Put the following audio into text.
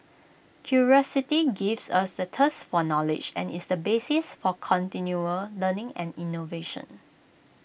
curiosity gives us the thirst for knowledge and is the basis for continual learning and innovation